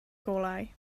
golau